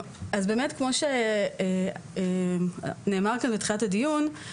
כמו שנאמר בתחילת הדיון,